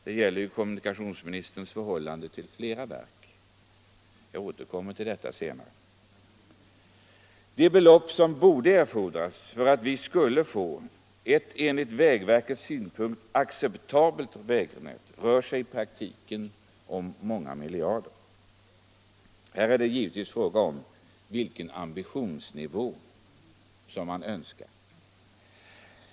Det gäller ju kommunikations ministerns förhållande till flera verk. Jag återkommer till detta senare. De belopp som borde erfordras för att vi skulle få ett enligt vägverkets synpunkt acceptabelt vägnät rör sig i praktiken om många miljarder. Här är det givetvis fråga om vilken ambitionsnivå man har.